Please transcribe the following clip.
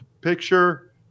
Picture